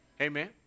Amen